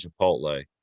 chipotle